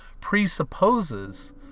presupposes